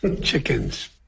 Chickens